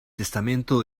testamento